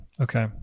Okay